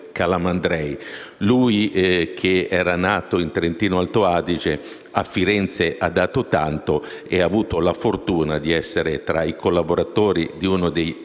Lui, che era nato in Trentino-Alto Adige, a Firenze ha dato tanto e ha avuto la fortuna di essere tra i collaboratori uno dei padri